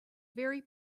very